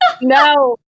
No